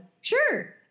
sure